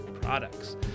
products